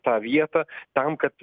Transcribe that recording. tą vietą tam kad